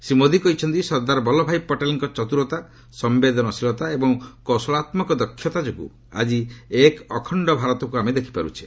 ଶ୍ରୀ ମୋଦି କହିଛନ୍ତି ସର୍ଦ୍ଦାର ବଲ୍ଲଭ ଭାଇ ପଟେଲଙ୍କ ଚତୁରତା ସମ୍ବେଦନଶୀଳତା ଏବଂ କୌଶଳାତ୍ମକ ଦକ୍ଷତା ଯୋଗୁଁ ଆକି ଏକ ଅଖଣ୍ଡ ଭାରତକୁ ଆମେ ଦେଖିପାରୁଛେ